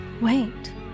Wait